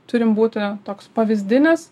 turim būti toks pavyzdinis